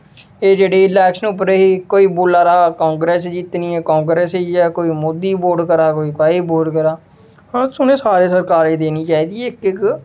एह् जेह्ड़ी इलेक्शन च एह् कोई बोला दा हा कांग्रेस जीतनी ऐ कांग्रेस ई ऐ कोई मोदी गी वोट करा दा कोई कुसा गी वोट करा दा आं तूसें सारें सरकारें गी देनी चाहिदी इक इक